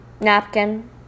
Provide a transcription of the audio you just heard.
Napkin